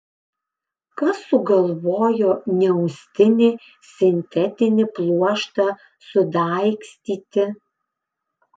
kas sugalvojo neaustinį sintetinį pluoštą sudaigstyti